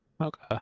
Okay